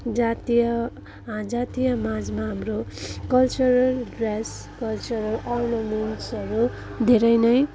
जातीय जातीय माझमा हाम्रो कल्चरल ड्रेस कल्चरल अर्नमेन्ट्सहरू धेरै नै